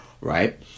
right